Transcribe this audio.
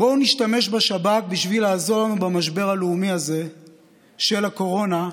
בואו נשתמש בשב"כ בשביל לעזור לנו במשבר הלאומי הזה של הקורונה,